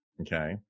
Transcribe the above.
Okay